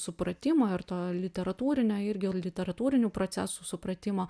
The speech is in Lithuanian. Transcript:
supratimo ir to literatūrinio irgi literatūrinių procesų supratimo